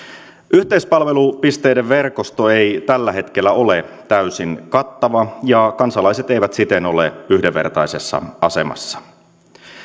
yhteispalvelupisteiden verkosto ei tällä hetkellä ole täysin kattava ja kansalaiset eivät siten ole yhdenvertaisessa asemassa